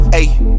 ayy